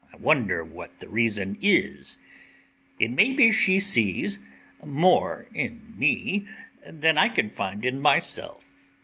wonder what the reason is it may be she sees more in me than i can find in myself